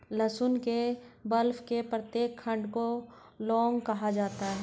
लहसुन के बल्ब के प्रत्येक खंड को लौंग कहा जाता है